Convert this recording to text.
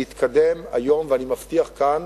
להתקדם היום, ואני מבטיח כאן,